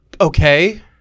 Okay